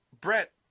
Brett